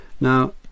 Now